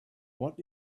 what